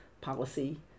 policy